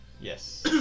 Yes